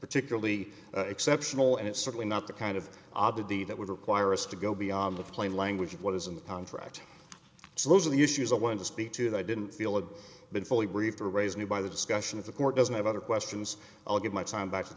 particularly exceptional and it's certainly not the kind of obviously that would require us to go beyond the plain language of what is in the contract so those are the issues i wanted to speak to that i didn't feel it's been fully briefed or raised new by the discussion of the court doesn't have other questions i'll get my time back to